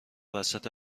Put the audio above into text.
وسط